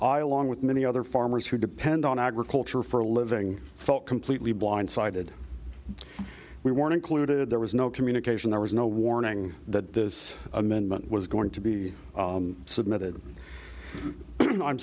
i along with many other farmers who depend on agriculture for a living felt completely blindsided we weren't included there was no communication there was no warning that this amendment was going to be submitted i'm